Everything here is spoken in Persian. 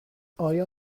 آیا